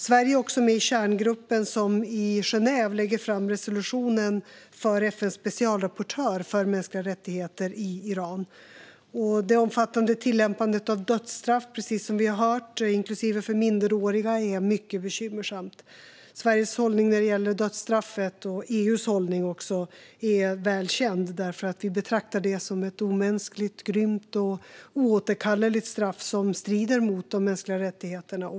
Sverige är också med i kärngruppen som i Genève lägger fram resolutionen för FN:s specialrapportör för mänskliga rättigheter i Iran. Det omfattande tillämpandet av dödsstraff, som vi har hört om här, inklusive dödsstraff för minderåriga, är mycket bekymmersamt. Sveriges och EU:s hållning när det gäller dödsstraffet är väl känd. Vi betraktar det som ett omänskligt, grymt och oåterkalleligt straff som strider mot de mänskliga rättigheterna.